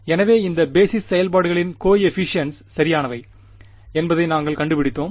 எனவே இந்த பேஸிஸ் செயல்பாடுகளின் கோஎபிசிஎன்ட்ஸ் சரியானவை என்பதை நாங்கள் கண்டுபிடித்தோம்